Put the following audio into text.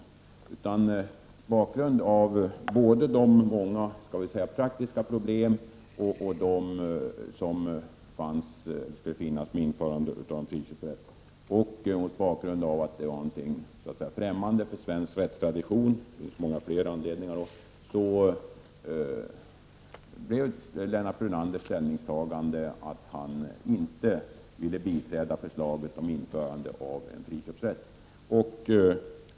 Mot bakgrund av de många skall vi säga praktiska problem som fanns med införande av friköpsrätt och mot bakgrund av att en sådan var något främmande för svensk rättstradition — det fanns många fler anledningar också — blev Lennart Brunanders ställningstagande att han inte ville biträda förslaget om införande av en friköpsrätt.